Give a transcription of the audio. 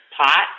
pot